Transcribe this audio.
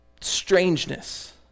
strangeness